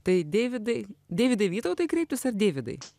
tai deividai deividai vytautai kreiptis ar deividai